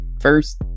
first